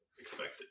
expected